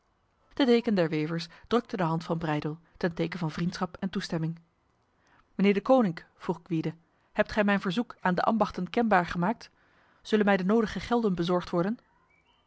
der wevers drukte de hand van breydel ten teken van vriendschap en toestemming meester deconinck vroeg gwyde hebt gij mijn verzoek aan de ambachten kenbaar gemaakt zullen mij de nodige gelden bezorgd worden